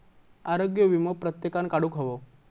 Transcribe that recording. आरोग्य वीमो प्रत्येकान काढुक हवो